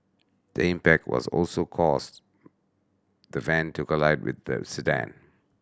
the impact was also caused the van to collide with the sedan